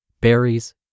berries